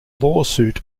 lawsuit